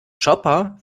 chopper